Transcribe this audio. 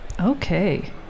Okay